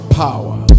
power